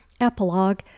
epilogue